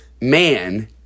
man